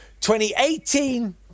2018